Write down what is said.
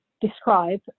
describe